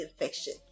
infection